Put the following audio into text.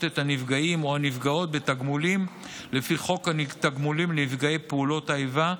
את הנפגעים או הנפגעות בתגמולים לפי חוק התגמולים לנפגעי פעולות האיבה,